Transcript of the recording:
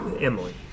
Emily